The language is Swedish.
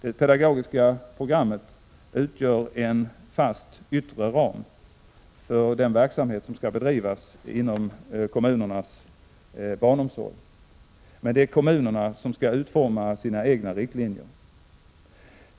Det pedagogiska programmet utgör en fast yttre ram för den verksamhet som skall bedrivas inom kommunernas barnomsorg, men det är kommunerna som skall utforma sina egna riktlinjer.